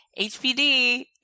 HPD